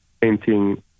painting